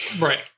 Right